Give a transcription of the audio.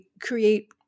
create